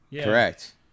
Correct